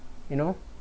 you know